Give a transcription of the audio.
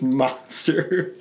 monster